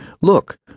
Look